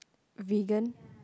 vegan